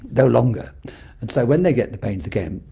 no longer. and so when they get the pains again,